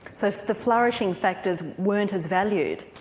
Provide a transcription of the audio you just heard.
so the flourishing factors weren't as valued?